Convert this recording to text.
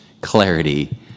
clarity